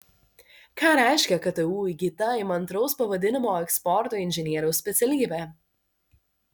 ką reiškia ktu įgyta įmantraus pavadinimo eksporto inžinieriaus specialybė